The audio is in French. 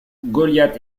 goliath